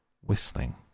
whistling